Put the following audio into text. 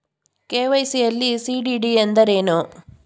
KYC ಯಲ್ಲಿ CDD ಎಂದರೇನು?